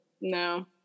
No